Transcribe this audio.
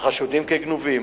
החשודים כגנובים.